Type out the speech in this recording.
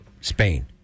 Spain